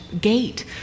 gate